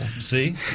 See